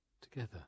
Together